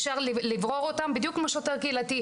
אפשר לברור אותם בדיוק כמו שוטר קהילתי,